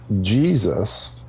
Jesus